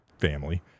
family